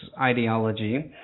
ideology